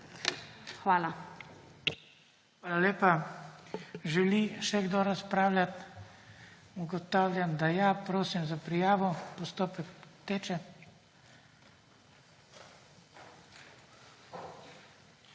Hvala lepa. Želi še kdo razpravljati? Ugotavljam, da ja. Prosim za prijavo. Postopek teče.